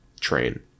train